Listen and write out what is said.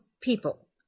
people